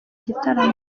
gitaramo